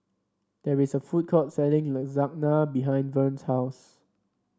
there is a food court selling Lasagna behind Vern's house